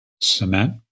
cement